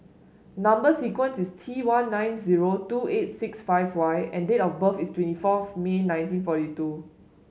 number sequence is T one nine zero two eight six five Y and date of birth is twenty fourth May nineteen forty two